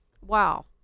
wow